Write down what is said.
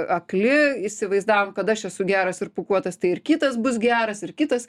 akli įsivaizdavom kad aš esu geras ir pūkuotas tai ir kitas bus geras ir kitas